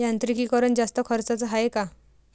यांत्रिकीकरण जास्त खर्चाचं हाये का?